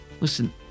Listen